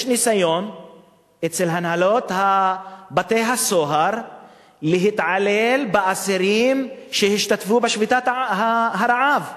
יש ניסיון אצל הנהלות בתי-הסוהר להתעלל באסירים שהשתתפו בשביתת הרעב,